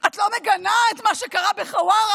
את לא מגנה את מה שקרה בחווארה?